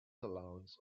allowance